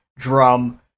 drum